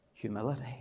Humility